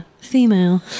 Female